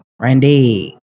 Randy